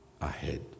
ahead